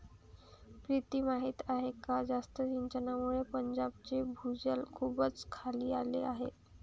प्रीती माहीत आहे का जास्त सिंचनामुळे पंजाबचे भूजल खूपच खाली आले आहे